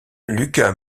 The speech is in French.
lukas